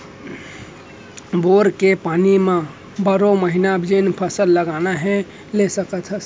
bore के पानी म बारो महिना जेन फसल लगाना हे ले सकत हे